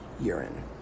urine